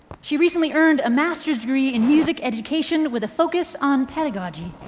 she recently earned a master's degree in music education with a focus on pedagogy,